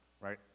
right